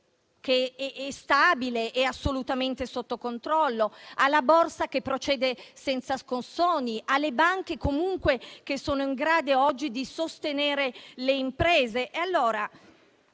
che è stabile e assolutamente sotto controllo; alla borsa, che procede senza scossoni; alle banche, che sono in grado oggi di sostenere le imprese.